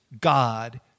God